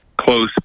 close